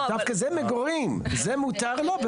דווקא זה מגורים, זה מותר לו?